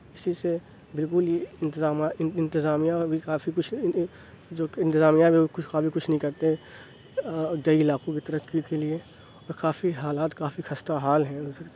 اسی سے بالکل ہی انتظامیہ ان انتظامیہ بھی کافی کچھ جو انتظامیہ بھی کچھ کافی کچھ نہیں کرتے دیہی علاقوں کی ترقی کے لیے اور کافی حالات کافی خستہ حال ہیں ویسے